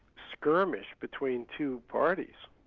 skirmish between two parties.